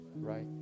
right